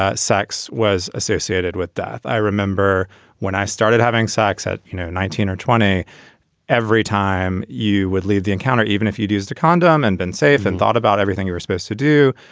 ah sex was associated with death. i remember when i started having sex at you know nineteen or twenty every time you would leave the encounter, even if you'd used a condom and been safe and thought about everything you were supposed to do.